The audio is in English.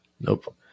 Nope